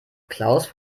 klaus